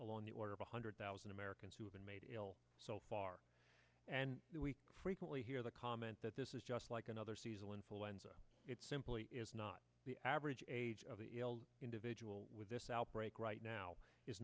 along the order of a hundred thousand americans who have been made ill so far and we frequently hear the comment that this is just like another seasonal influenza it simply is not the average age of the individual with this outbreak right now is